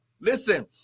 listen